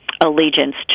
allegiance